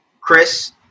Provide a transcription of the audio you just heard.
Chris